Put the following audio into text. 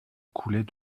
coulait